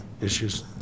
issues